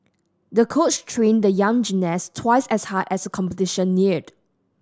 the coach trained the young gymnast twice as hard as competition neared